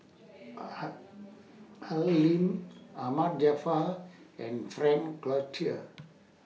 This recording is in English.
Al Lim Ahmad Jaafar and Frank Cloutier